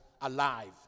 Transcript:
alive